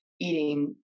eating